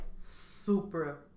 super